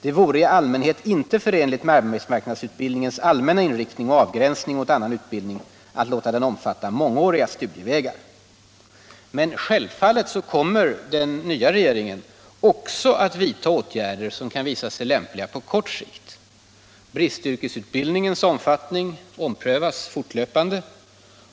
Det vore --- i allmänhet inte förenligt med Men självfallet kommer den nya regeringen också att vidta åtgärder som kan visa sig lämpliga på kort sikt. Bristyrkesutbildningens omfattning omprövas fortlöpande.